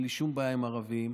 אין לי שום בעיה עם ערבים.